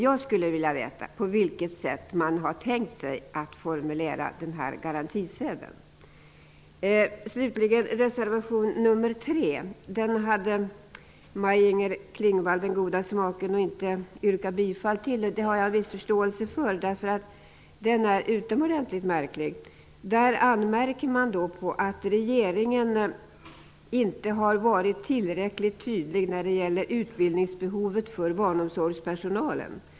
Jag skulle vilja veta på vilket sätt man har tänkt sig att formulera den här garantisedeln. Reservation nr 3 hade Maj-Inger Klingvall den goda smaken att inte yrka bifall till. Det har jag en viss förståelse för. Den är utomordentligt märklig. Där anmärker man på att regeringen inte har varit tillräckligt tydlig när det gäller utbildningsbehovet för barnomsorgspersonalen.